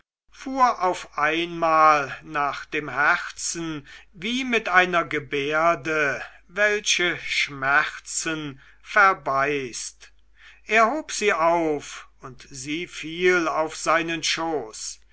fuhr auf einmal nach dem herzen wie mit einer gebärde welche schmerzen verbeißt er hob sie auf und sie fiel auf seinen schoß